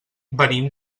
venim